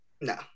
No